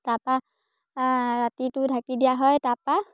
তাৰপৰা ৰাতিটো ঢাকি দিয়া হয় তাৰপৰা